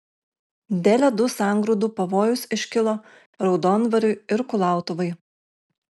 dėl ledų sangrūdų pavojus iškilo raudondvariui ir kulautuvai